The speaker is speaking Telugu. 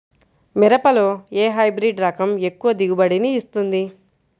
మిరపలో ఏ హైబ్రిడ్ రకం ఎక్కువ దిగుబడిని ఇస్తుంది?